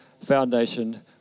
foundation